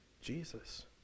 Jesus